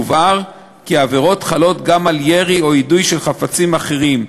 יובהר כי העבירות חלות גם על ירי או יידוי של חפצים אחרים,